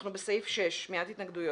אנחנו בסעיף 6, שמיעת התנגדויות.